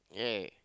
!yay!